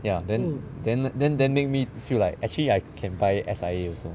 ya then then then that made me feel like actually I can buy S_I_A also